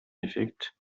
effekt